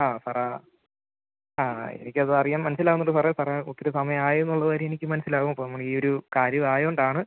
ആ സാർ ആ എനിക്ക് അത് അറിയാം മനസ്സിലാവുന്നുണ്ട് സാറേ സാർ ഒത്തിരി സമയം ആയി എന്നുള്ള കാര്യം എനിക്ക് മനസ്സിലാവും അപ്പം നമ്മൾ ഈയൊരു കാര്യം ആയതുകൊണ്ടാണ്